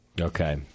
Okay